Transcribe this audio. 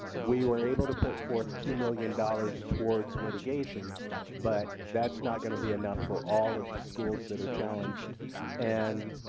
we were able to put forth two million dollars towards mitigation but that's not going to be enough for all of the schools that are challenged and